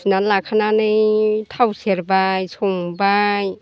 सुनानै लाखानानै थाव सेरबाय संबाय